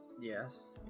Yes